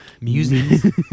Music